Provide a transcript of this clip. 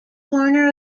corner